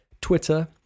Twitter